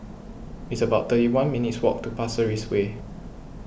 it's about thirty one minutes' walk to Pasir Ris Way